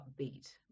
upbeat